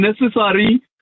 necessary